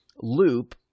loop